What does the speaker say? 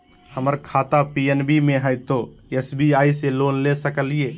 हमर खाता पी.एन.बी मे हय, तो एस.बी.आई से लोन ले सकलिए?